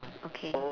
okay